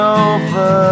over